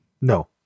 No